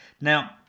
Now